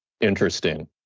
Interesting